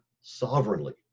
sovereignly